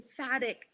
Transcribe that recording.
emphatic